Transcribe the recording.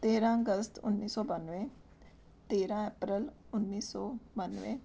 ਤੇਰਾਂ ਅਗਸਤ ਉੱਨੀ ਸੌ ਬੱਨਵੇਂ ਤੇਰਾਂ ਅਪ੍ਰੈਲ ਉੱਨੀ ਸੌ ਬੱਨਵੇਂ